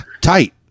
tight